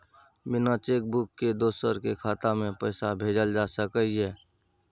बिना cheque book के दोसर के खाता में पैसा भेजल जा सकै ये?